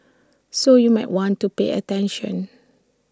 so you might want to pay attention